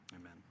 Amen